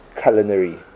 culinary